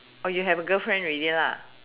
oh you have a girlfriend ready lah